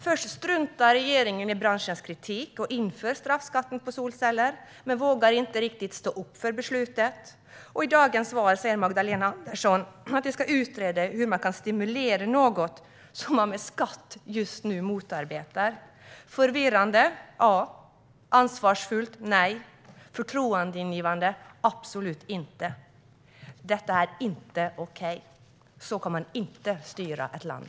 Först struntar regeringen i branschens kritik och inför straffskatten på solceller men vågar sedan inte riktigt stå för beslutet. I dagens svar säger Magdalena Andersson att regeringen ska utreda hur den kan stimulera något som den med skatt just nu motarbetar. Förvirrande? Ja. Ansvarsfullt? Nej. Förtroendeingivande? Absolut inte. Detta är inte okej. Så här kan man inte styra ett land.